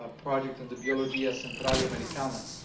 ah project in the biology ascentralia americana,